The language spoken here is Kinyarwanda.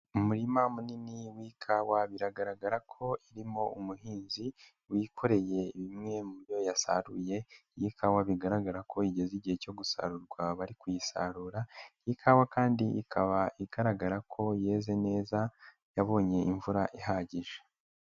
Umurima munini w'ikawa biragaragara ko irimo umuhinzi wikoreye bimwe mu byo yasaruye, iyi kawa bigaragara ko igeze igihe cyo gusarurwa bari kuyisarura, iyi kawa kandi ikaba igaragara ko yeze neza yabonye imvura ihagije.